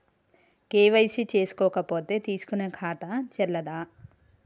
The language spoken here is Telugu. కే.వై.సీ చేసుకోకపోతే తీసుకునే ఖాతా చెల్లదా?